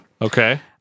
Okay